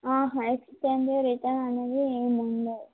మ్మ్ exchange return అన్నది ఏముండదు